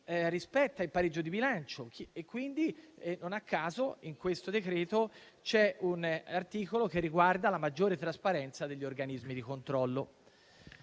rispetta il pareggio di bilancio. Non a caso, in questo provvedimento c'è un articolo che riguarda la maggiore trasparenza degli organismi di controllo.